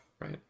right